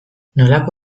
nolako